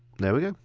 there we go,